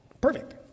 Perfect